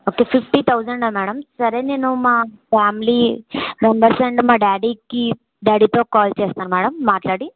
okay fifty థౌజండా madam సరే నేను మా ఫ్యామిలీ మెంబర్స్ అండ్ మా డాడీకి డాడీతో కాల్ చేస్తాను మేడం మాట్లాడి